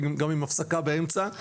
גם עם הפסקה באמצע,